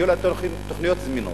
יהיו להם תוכניות זמינות,